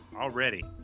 Already